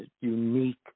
unique